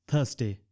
Thursday